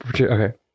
okay